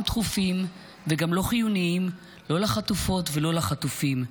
דחופים וגם לא חיוניים לא לחטופות ולא לחטופים,